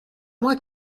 moi